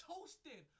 toasted